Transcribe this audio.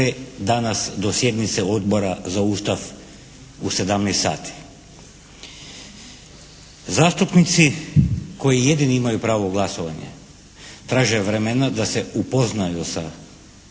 danas do sjednice Odbora za Ustav u 17 sati. Zastupnici koji jedini imaju pravo glasovanje traže vremena da se upoznaju sa